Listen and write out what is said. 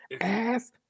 ass